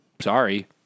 Sorry